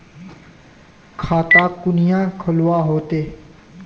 खाता कुनियाँ खोलवा होते?